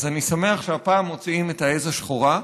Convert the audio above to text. אז אני שמח שהפעם מוציאים את העז השחורה,